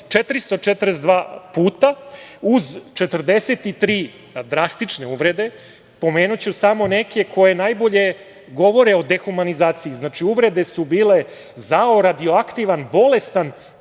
442 puta, uz 43 drastične uvrede. Pomenuću samo neke koje najbolje govore o dehumanizaciji. Znači, uvrede su bile: zao, radioaktivan, bolestan,